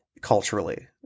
culturally